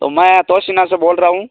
तो मैं तोशीना से बोल रहा हूँ